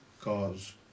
cause